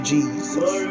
Jesus